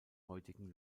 heutigen